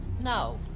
No